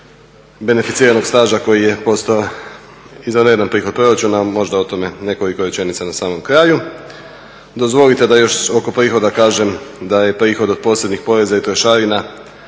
beneficiranog staža koji je postao izvanredan prihod proračuna. Možda o tome nekoliko rečenica na samom kraju. Dozvolite da još oko prihoda kažem da prihod od posebnih poreza i trošarina